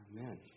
Amen